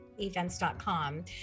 Events.com